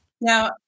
now